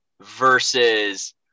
versus